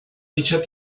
dicha